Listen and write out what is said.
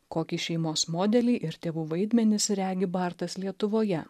kokį šeimos modelį ir tėvų vaidmenis regi bartas lietuvoje